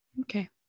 Okay